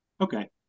okay